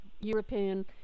European